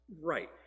Right